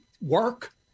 Work